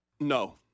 No